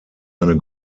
eine